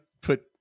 put